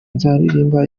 nzaririmba